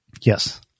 Yes